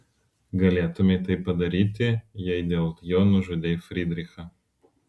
galėtumei tai padaryti jei dėl jo nužudei frydrichą